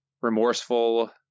remorseful